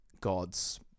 God's